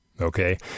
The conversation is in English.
okay